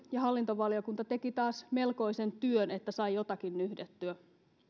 ja hallintovaliokunta teki taas melkoisen työn että sai jotakin nyhdettyä